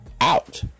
out